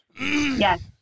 yes